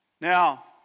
Now